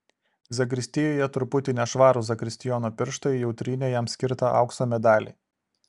zakristijoje truputį nešvarūs zakristijono pirštai jau trynė jam skirtą aukso medalį